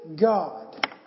God